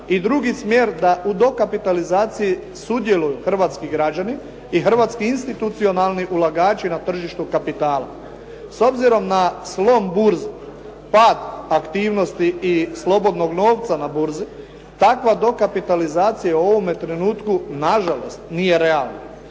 I drugi smjer da u dokapitalizaciji sudjeluju hrvatski građani i hrvatski institucionalni ulagači na tržištu kapitala. S obzirom na slom burze, pad aktivnosti i slobodnog novca na burzi, takva dokapitalizacija je u ovome trenutku na žalost nije realna.